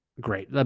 great